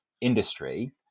industry